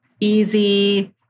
Easy